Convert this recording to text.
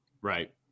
Right